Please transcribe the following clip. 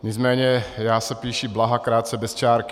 Nicméně já se píši Blaha krátce bez čárky.